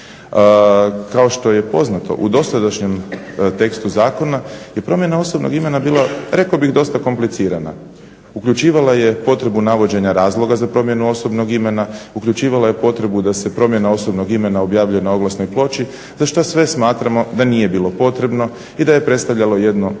Kao što je poznato u dosadašnjem tekstu zakona je promjena osobnog imena bila rekao bih dosta komplicirana. Uključivala je potrebu navođenja razloga za promjenu osobnog imena, uključivala je potrebu da se promjena osobnog imena objavljuje na oglasnoj ploči za što sve smatramo da nije bilo potrebno i da je predstavljalo jedno